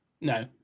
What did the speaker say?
No